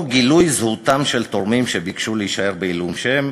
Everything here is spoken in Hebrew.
או גילוי זהותם של תורמים שביקשו להישאר בעילום שם.